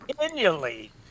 continually